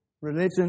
Religion